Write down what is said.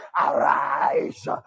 Arise